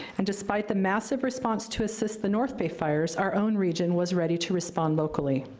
and despite the massive response to assist the north bay fires, our own region was ready to respond locally.